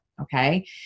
Okay